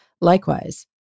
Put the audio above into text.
Likewise